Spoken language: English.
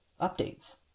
updates